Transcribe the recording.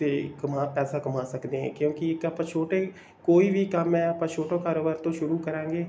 ਅਤੇ ਕਮਾ ਪੈਸਾ ਕਮਾਂ ਸਕਦੇ ਹਾਂ ਕਿਉਂਕਿ ਇੱਕ ਆਪਾਂ ਛੋਟੇ ਕੋਈ ਵੀ ਕੰਮ ਹੈ ਆਪਾਂ ਛੋਟੇ ਕਾਰੋਬਾਰ ਤੋਂ ਸ਼ੁਰੂ ਕਰਾਂਗੇ